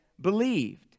believed